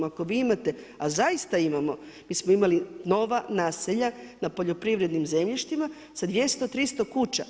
Ako vi imate a zaista imamo, mi smo imali nova naselja na poljoprivrednim zemljištima sa 200, 300 kuća.